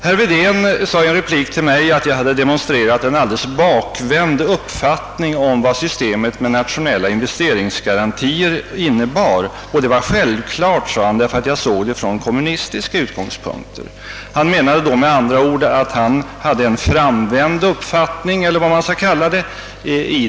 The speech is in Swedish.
Herr Wedén sade i en replik till mig att jag hade demonstrerat en bakvänd uppfattning om vad systemet med nationella investeringsgarantier innebar, och det var självklart, sade han, därför att jag såg det från kommunistiska utgångspunkter. Han menade med andra ord att han i denna sak hade en framvänd uppfattning eller vad man skall kalla det.